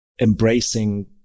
embracing